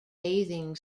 bathing